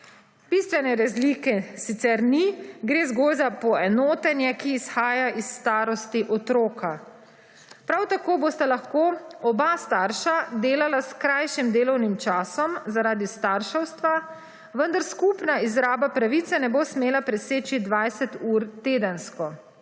Bistvene razlike sicer ni gre zgolj za poenotenje, ki izhaja iz starosti otroka. Prav tako bosta lahko oba starša delala s krajšim delovnim časom, zaradi starševstva, vendar skupna izraba pravice ne bo smela preseči 20 ur tedensko.